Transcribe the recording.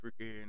freaking